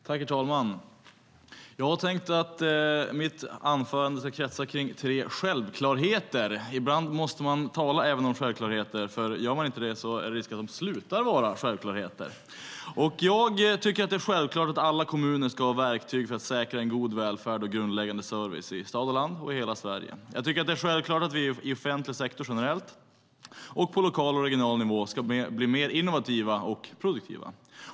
Herr talman! Mitt anförande ska kretsa kring tre självklarheter. Ibland måste man tala även om självklarheter, för gör man inte det är det risk att de slutar att vara självklarheter. Jag tycker att det är självklart att alla kommuner ska ha verktyg för att säkra en god välfärd och grundläggande service i stad och land i hela Sverige. Jag tycker att det är självklart att man i offentlig sektor generellt och på lokal och regional nivå ska bli mer innovativa och produktiva.